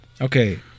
Okay